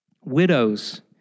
widows